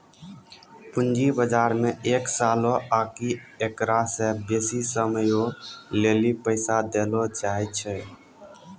पूंजी बजारो मे एक सालो आकि एकरा से बेसी समयो लेली पैसा देलो जाय छै